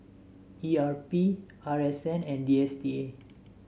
E R P R S N and D S T A